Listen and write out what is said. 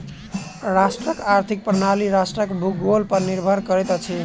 राष्ट्रक आर्थिक प्रणाली राष्ट्रक भूगोल पर निर्भर करैत अछि